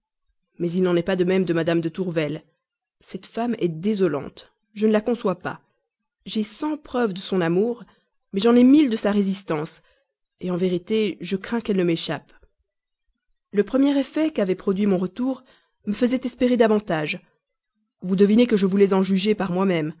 mais il n'en est pas de même de mme de tourvel cette femme est désolante je ne la conçois pas j'ai cent preuves de son amour mais j'en ai mille de sa résistance en vérité je crains qu'elle ne m'échappe le premier effet qu'avait produit mon retour me faisait espérer davantage vous devinez que je voulais en juger par moi-même